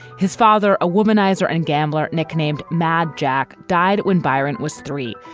his father, a womanizer and a gambler nicknamed mad jack, died when byron was three,